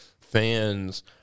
fans